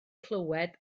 clywed